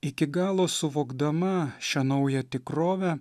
iki galo suvokdama šią naują tikrovę